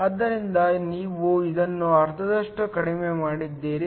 ಆದ್ದರಿಂದ ನೀವು ಅದನ್ನು ಅರ್ಧದಷ್ಟು ಕಡಿಮೆ ಮಾಡಿದ್ದೀರಿ